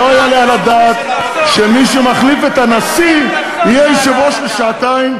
לא יעלה על הדעת שמי שמחליף את הנשיא יהיה יושב-ראש לשעתיים,